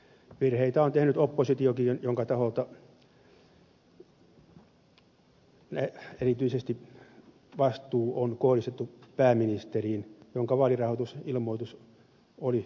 virheitä on tehnyt oppositiokin jonka taholta vastuu on kohdistettu erityisesti pääministeriin jonka vaalirahoitusilmoitus oli kunnossa